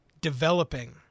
developing